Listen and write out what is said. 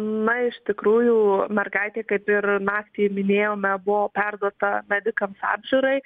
na iš tikrųjų mergaitė kaip ir naktį minėjome buvo perduota medikams apžiūrai